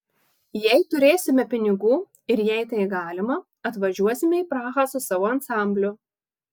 jei turėsime pinigų ir jei tai galima atvažiuosime į prahą su savo ansambliu